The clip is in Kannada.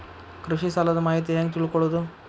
ಕೃಷಿ ಸಾಲದ ಮಾಹಿತಿ ಹೆಂಗ್ ತಿಳ್ಕೊಳ್ಳೋದು?